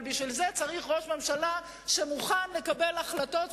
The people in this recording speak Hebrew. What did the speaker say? אבל בשביל זה צריך ראש ממשלה שמוכן לקבל החלטות,